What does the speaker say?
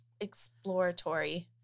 exploratory